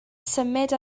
symud